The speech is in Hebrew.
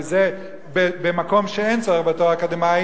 כי זה במקום שאין בו צורך בתואר אקדמי,